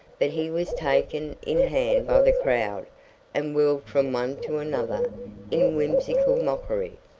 but he was taken in hand by the crowd and whirled from one to another in whimsical mockery.